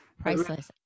Priceless